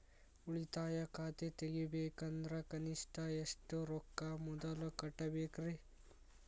ಉಳಿತಾಯ ಖಾತೆ ತೆಗಿಬೇಕಂದ್ರ ಕನಿಷ್ಟ ಎಷ್ಟು ರೊಕ್ಕ ಮೊದಲ ಕಟ್ಟಬೇಕ್ರಿ?